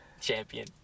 Champion